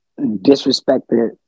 disrespected